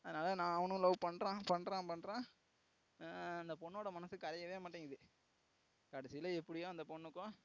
அதனால் நான் அவனும் லவ் பண்ணுறான் பண்ணுறான் பண்ணுறான் அந்த பொண்ணோட மனசு கரையவே மாட்டேங்குது கடைசில எப்படியோ அந்த பொண்ணுக்கும்